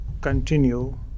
continue